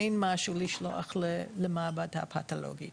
אין משהו לשלוח למעבדה פתולוגית